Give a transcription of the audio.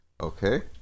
Okay